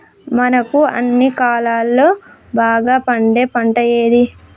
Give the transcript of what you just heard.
మనకు అన్ని కాలాల్లో బాగా పండే పంట ఏది?